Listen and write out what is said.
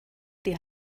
die